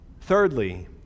Thirdly